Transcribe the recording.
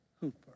Hooper